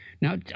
Now